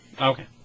Okay